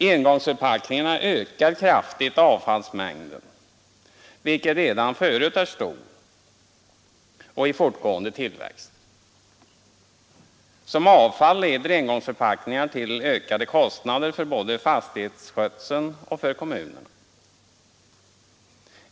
Engångsförpackningarna ökar kraftigt avfallsmängden, vilken redan förut är stor och i fortgående tillväxt. Som avfall leder engångsförpackningarna till ökade kostnader för både fastighetsskötseln och kommunernas renhållning.